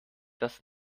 das